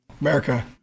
America